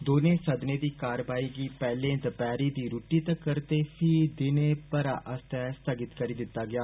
दौनें सदनें दी कारवाई गी पैहलें दपैहरी दी रुट्टी तक्कर ते पही दिन भरै आस्तै स्थगित करी दिता गेआ